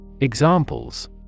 Examples